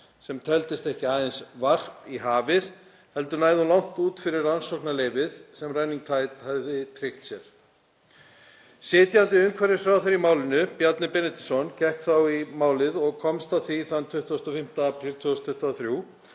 sem teldist ekki aðeins varp í hafið heldur næði hún langt út fyrir rannsóknarleyfið sem Running Tide hefði tryggt sér. Sitjandi umhverfisráðherra í málinu, Bjarni Benediktsson, gekk þá í málið og komst að því þann 25. apríl 2023